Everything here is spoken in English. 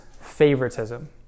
favoritism